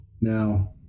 Now